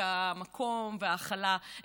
המקום וההכלה,